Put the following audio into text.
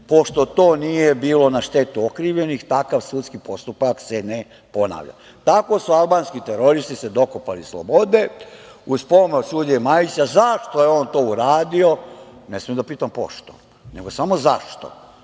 pošto to nije bilo na štetu okrivljenih, takav sudski postupak se ne ponavlja. Tako su se albanski teroristi dokopali slobode uz pomoć sudije Majića. Zašto je on to uradio, ne smem da pitam pošto, nego samo zašto?